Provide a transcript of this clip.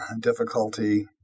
difficulty